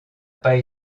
pas